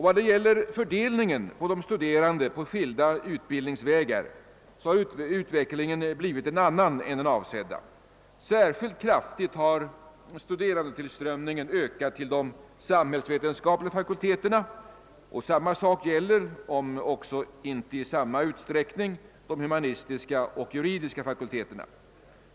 Vad gäller fördelningen av de studerande på skilda utbildningsvägar har utvecklingen blivit en annan än den avsedda. Särskilt kraftigt har studerandetillströmningen ökat till de samhällsvetenskapliga fakulteterna. Samma sak gäller, om också inte i samma utsträckning, de humanistiska och juridiska fakulteterna.